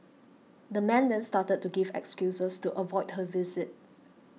the man then started to give excuses to avoid her visit